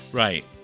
Right